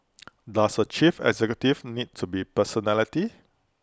does A chief executive need to be personality